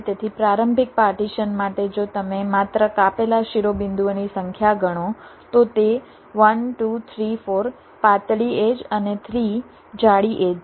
તેથી પ્રારંભિક પાર્ટીશન માટે જો તમે માત્ર કાપેલા શિરોબિંદુઓની સંખ્યા ગણો તો તે 1 2 3 4 પાતળી એડ્જ અને 3 જાડી એડ્જ છે